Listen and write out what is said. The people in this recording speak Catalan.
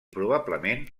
probablement